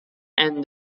and